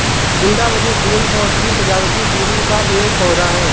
गुलदावरी फूल मोसमी सजावटी फूलों का एक पौधा है